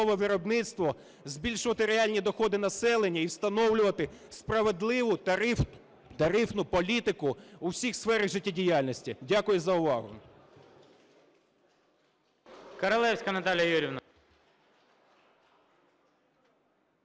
збільшувати реальні доходи населення і встановлювати справедливу тарифну політику у всіх сферах життєдіяльності. Дякую за увагу.